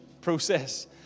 process